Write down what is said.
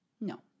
No